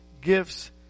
gifts